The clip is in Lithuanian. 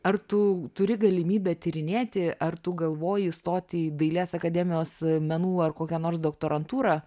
ar tu turi galimybę tyrinėti ar tu galvoji stoti į dailės akademijos menų ar kokią nors doktorantūrą